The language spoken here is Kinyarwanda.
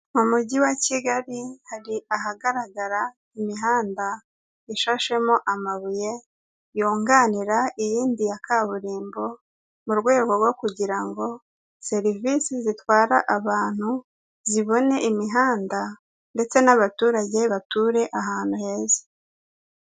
Mu mujyi wa kigali hari ahagaragara imihanda ishashemo amabuye yunganira iyindi ya kaburimbo mu rwego rwo kugira ngo serivisi zitwarare abantu zibone imihanda ndetse n'abaturage bature ahantu heza.